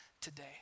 today